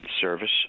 service